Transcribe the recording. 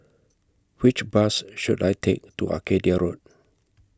Which Bus should I Take to Arcadia Road